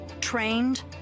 trained